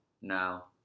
now